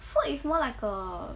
food is more like a